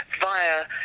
via